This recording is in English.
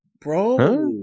Bro